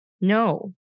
No